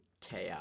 chaos